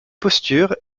posture